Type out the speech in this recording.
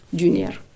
junior